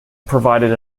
provided